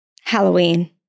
Halloween